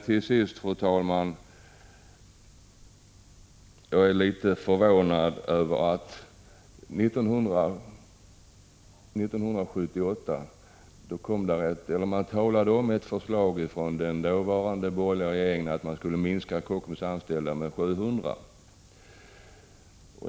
Till sist, fru talman, vill jag säga följande. 1978 talade man om att den dåvarande borgerliga regeringen skulle föreslå en minskning av antalet anställda vid Kockums med 700 personer.